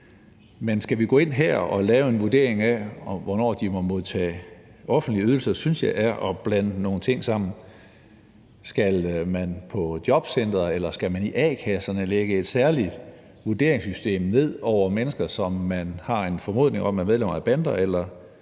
Men skal vi gå ind her og lave en vurdering af, hvornår de må modtage offentlige ydelser, synes jeg, det er at blande nogle ting sammen – altså skal man på jobcentrene eller i a-kasserne lægge et særligt vurderingssystem ned over mennesker, som man har en formodning om er medlemmer af bander,